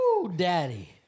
Daddy